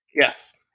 Yes